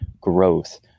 growth